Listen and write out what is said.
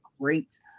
great